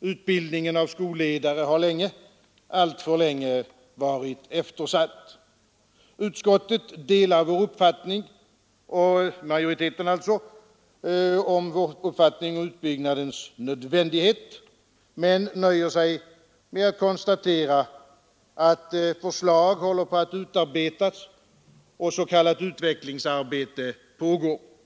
Utbildningen av skolledare har länge — alltför länge! — varit eftersatt. Utskottsmajoriteten delar vår uppfattning om utbyggnadens nödvändighet men nöjer sig med att konstatera att förslag håller på att utarbetas och att s.k. utvecklingsarbete pågår.